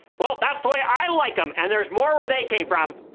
well, that's the way i like them, and there's more where they came from.